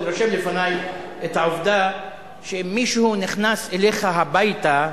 אני רושם לפני את העובדה שאם מישהו נכנס אליך הביתה,